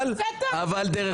אבל דרך